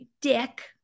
dick